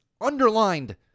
underlined